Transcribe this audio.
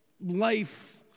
life